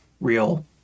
real